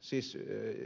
siis